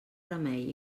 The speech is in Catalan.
remei